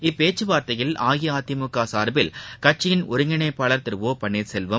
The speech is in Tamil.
இப்பேச்சுவார்த்தையில் அஇஅதிமுக சார்பில் கட்சியின் ஒருங்கிணைப்பாளர் திரு ஒ பன்ளீர் செல்வம்